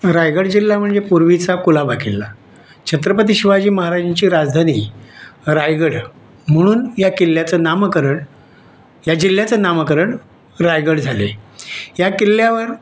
रायगड जिल्हा म्हणजे पूर्वीचा कुलाबा किल्ला छत्रपती शिवाजी महाराजांची राजधानी रायगड म्हणून या किल्ल्याचं नामकरण या जिल्ह्याचं नामकरण रायगड झालं आहे या किल्ल्यावर